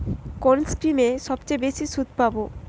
কোন স্কিমে সবচেয়ে বেশি সুদ পাব?